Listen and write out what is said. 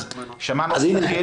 אז שמענו את דחיל,